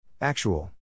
Actual